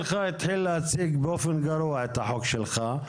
החבר שלך התחיל להציג באופן גרוע את החוק שלך.